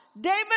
David